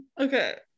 okay